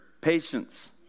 patience